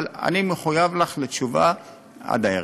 אבל אני מחויב לך לתשובה עד הערב.